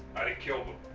i killed him.